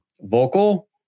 vocal